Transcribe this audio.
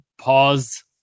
pause